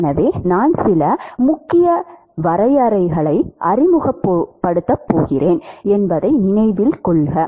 எனவே நான் சில முக்கிய வரையறைகளை அறிமுகப்படுத்தப் போகிறேன் என்பதை நினைவில் கொள்க